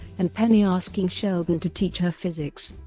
and penny asking sheldon to teach her physics.